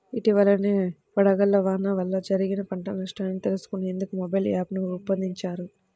ఇటీవలనే వడగళ్ల వాన వల్ల జరిగిన పంట నష్టాన్ని తెలుసుకునేందుకు మొబైల్ యాప్ను రూపొందించారు